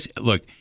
Look